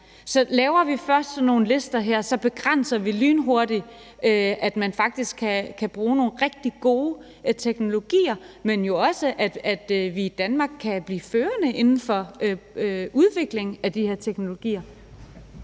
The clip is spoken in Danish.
Så laver vi først sådan nogle lister her, begrænser vi lynhurtigt, at man faktisk kan bruge nogle rigtig gode teknologier, men jo også, at vi i Danmark kan blive førende inden for udvikling af de her teknologier.